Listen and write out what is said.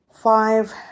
five